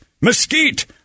mesquite